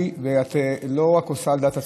ואת לא עושה רק על דעת עצמך,